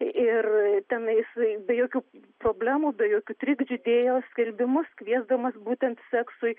ir tenais be jokių problemų be jokių trikdžių dėjo skelbimus kviesdamas būtent seksui